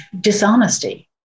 dishonesty